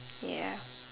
ya